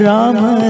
Rama